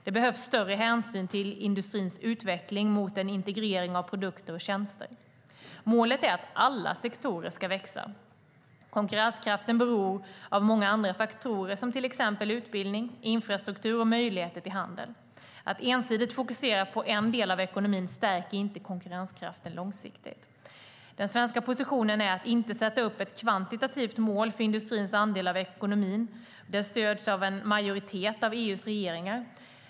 Det behövs större hänsyn till industrins utveckling i riktning mot en integrering av produkter och tjänster. Målet är att alla sektorer ska växa. Konkurrenskraften beror av många andra faktorer som till exempel utbildning, infrastruktur och möjligheter till handel. Att ensidigt fokusera på en del av ekonomin stärker inte konkurrenskraften långsiktigt. Den svenska positionen är att inte sätta upp ett kvantitativt mål för industrins andel av ekonomin. Den stöds av en majoritet av EU:s regeringar.